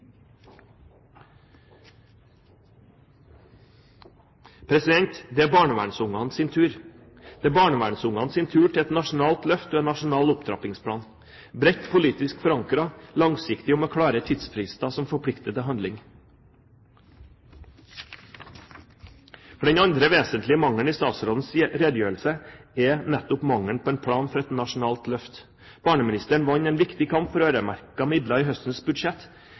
Det er barnevernsungenes tur. Det er barnevernsungenes tur til et nasjonalt løft og en nasjonal opptrappingsplan, bredt politisk forankret, langsiktig og med klare tidsfrister som forplikter til handling. For den andre vesentlige mangelen i statsrådens redegjørelse er nettopp mangelen på en plan for et nasjonalt løft. Barneministeren vant en viktig kamp for øremerkede midler i høstens budsjett,